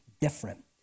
different